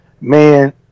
Man